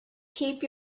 keep